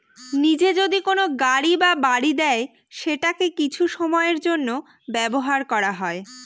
নিজে যদি কোনো গাড়ি বা বাড়ি দেয় সেটাকে কিছু সময়ের জন্য ব্যবহার করা হয়